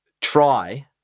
try